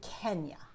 Kenya